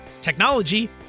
technology